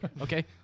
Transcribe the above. Okay